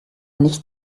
nicht